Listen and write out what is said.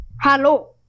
hello